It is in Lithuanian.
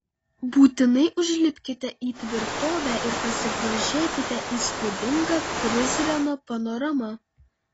būtinai užlipkite į tvirtovę ir pasigrožėkite įspūdinga prizreno panorama